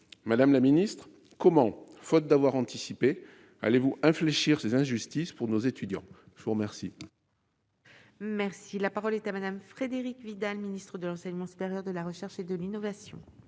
Madame la Ministre, comment, faute d'avoir anticipé allez-vous infléchir ses injustices pour nos étudiants, je vous remercie. Merci, la parole est à Madame Frédérique Vidal, ministre de l'enseignement supérieur de la recherche et de l'innovation.